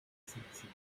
sencillo